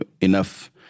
enough